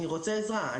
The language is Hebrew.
אני רוצה עזרה,